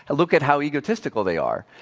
look at how egotistical they are.